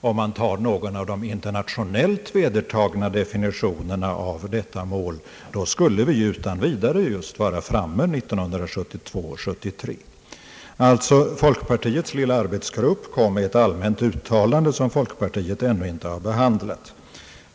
Väljer man någon av de internationellt vedertagna definitionerna av detta mål skulle vi utan vidare vara framme vid det 1972/73. Folkpartiets lilla arbetsgrupp gjorde alltså ett allmänt uttalande, som folkpartiet ännu inte har behandlat.